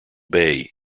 bay